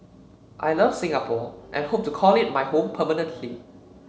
I love Singapore and hope to call it my home permanently